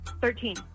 Thirteen